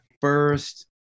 first